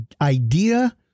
Idea